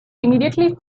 immediately